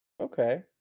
Okay